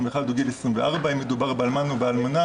או גיל 24. אם מדובר באלמן או באלמנה,